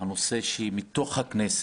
הנושא שהיא מתוך הכנסת,